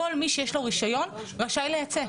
כל מי שיש לו רישיון רשאי לייצא.